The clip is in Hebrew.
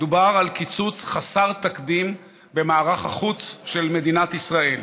דובר על קיצוץ חסר תקדים במערך החוץ של מדינת ישראל,